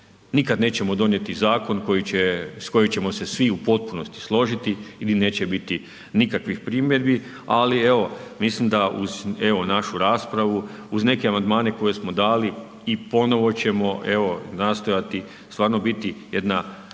Nikad nećemo donijeti zakon koji će, s kojim ćemo se svi u potpunosti složiti i gdje neće biti nikakvih primjedbi, ali evo, mislim da uz evo, našu raspravu, uz neke amandmane koje smo dali i ponovo ćemo, evo, nastojati stvarno biti jedna oporba